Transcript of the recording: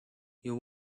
you